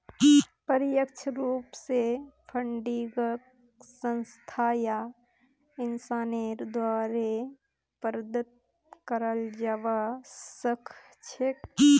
प्रत्यक्ष रूप स फंडिंगक संस्था या इंसानेर द्वारे प्रदत्त कराल जबा सख छेक